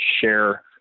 share